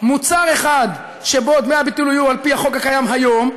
מוצר אחד שבו דמי הביטול יהיו על פי החוק הקיים היום,